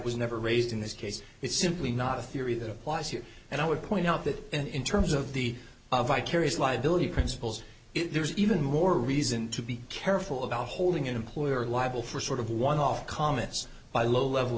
was never raised in this case it's simply not a theory that applies here and i would point out that in terms of the vicarious liability principles there's even more reason to be careful about holding employer liable for sort of one off comments by low level